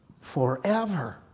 forever